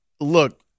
look